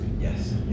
yes